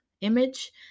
image